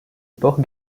sports